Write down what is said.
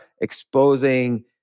exposing